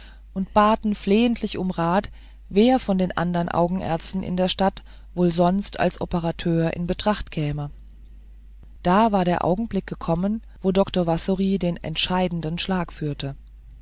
und baten flehentlich um rat wer von den andern augenärzten in der stadt sonst wohl als operateur in betracht käme da war der augenblick gekommen wo dr wassory den entscheidenden schlag führte